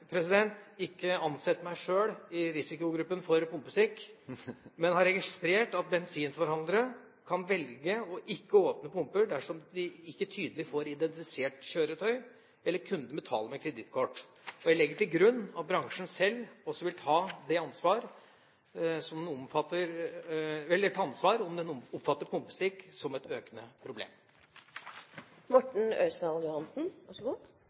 registrert at bensinforhandlere kan velge å ikke åpne pumper dersom de ikke tydelig får identifisert kjøretøy, eller kunden betaler med kredittkort. Jeg legger til grunn at bransjen sjøl også vil ta ansvar om den oppfatter «pumpestikk» som et økende problem. Som jeg sa i mitt første spørsmål, har bensinforhandlerne gjort en god